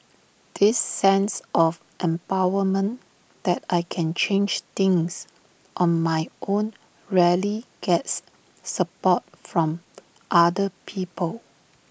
this sense of empowerment that I can change things on my own rarely gets support from other people